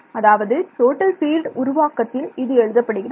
அதாவது total field உருவாக்கத்தில் இது எழுதப்படுகிறது